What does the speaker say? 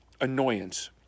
Annoyance